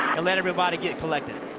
and let everybody get collected.